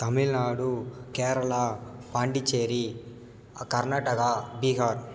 Tamil Nadu Kerala Pondicherry Karnataka Bihar